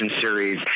series